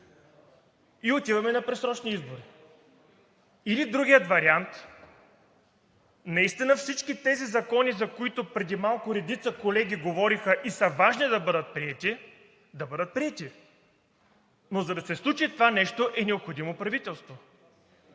и отиваме на предсрочни избори. Или другият вариант: наистина всички тези закони, за които преди малко редица колеги говориха, и са важни да бъдат приети – да бъдат приети, но за да се случи това нещо, е необходимо правителство,